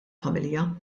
familja